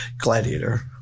Gladiator